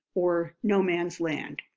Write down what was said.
or no-man's land.